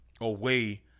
away